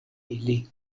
ili